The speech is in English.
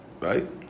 right